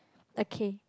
okay